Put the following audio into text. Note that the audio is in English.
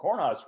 Cornhuskers